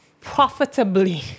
profitably